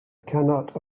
cannot